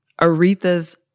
Aretha's